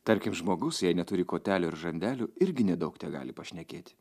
tarkim žmogus jei neturi kotelio ir žandelių irgi nedaug tegali pašnekėti